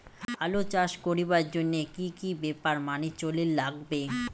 আলু চাষ করিবার জইন্যে কি কি ব্যাপার মানি চলির লাগবে?